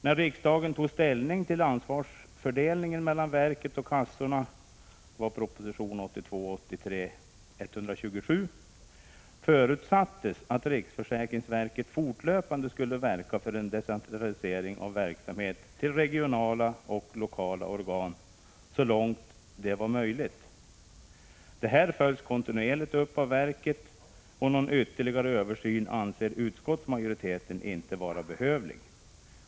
När riksdagen tog ställning till ansvarsfördelningen mellan verket och kassorna förutsattes att riksförsäkringsverket fortlöpande skulle verka för en decentralisering av verksamheten till regionala och lokala organ så långt detta var möjligt. Detta följs kontinuerligt upp av verket, och någon ytterligare översyn anser inte utskottsmajoriteten vara behövlig.